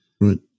Right